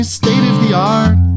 state-of-the-art